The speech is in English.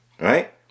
Right